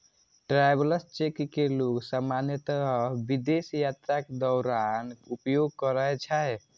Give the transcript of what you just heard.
travellers cheque कें लोग सामान्यतः विदेश यात्राक दौरान उपयोग करै छै